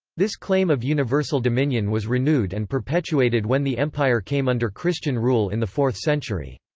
this claim of universal dominion was renewed and perpetuated when the empire came under christian rule in the fourth century.